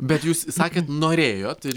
bet jūs sakėt norėjot ir